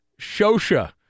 Shosha